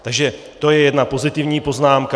Takže to je jedna pozitivní poznámka.